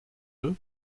deux